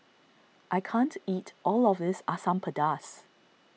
I can't eat all of this Asam Pedas